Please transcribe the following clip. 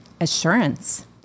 Assurance